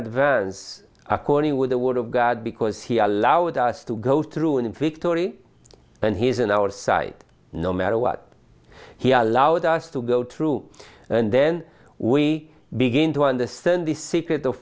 advance according with the word of god because he allowed us to go through in victory and he is in our sight no matter what he allowed us to go through and then we begin to understand the